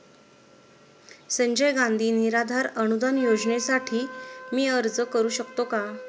संजय गांधी निराधार अनुदान योजनेसाठी मी अर्ज करू शकतो का?